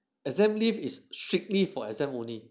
exam leave is strictly for exam only